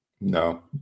No